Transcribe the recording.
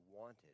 wanted